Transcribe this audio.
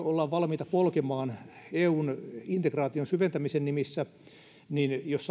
ollaan valmiita polkemaan saksalainen oikeusvaltio eun integraation syventämisen nimissä jos